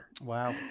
Wow